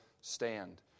stand